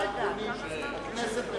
באופן עקרוני, חבר הכנסת חנין צודק ברמה העקרונית.